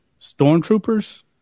stormtroopers